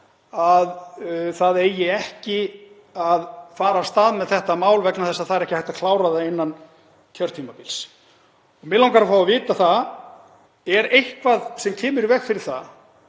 að það eigi ekki að fara af stað með þetta mál vegna þess að það sé ekki hægt að klára það innan kjörtímabils. Mig langar að fá að vita: Er eitthvað sem kemur í veg fyrir það